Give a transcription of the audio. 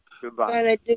Goodbye